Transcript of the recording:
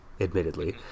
admittedly